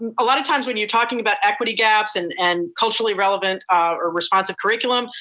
a lot of times when you're talking about equity gaps and and culturally relevant or responsive curriculum,